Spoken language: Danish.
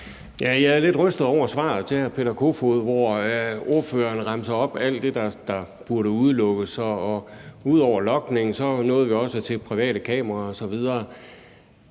Jeg er lidt rystet over svaret til hr. Peter Kofod, hvor ordføreren remser alt det, der burde udelukkes, op, og ud over logning nåede vi også til private kameraer osv.